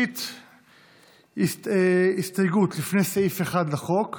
ראשית, הסתייגות לפני סעיף 1 לחוק,